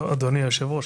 אדוני היושב-ראש,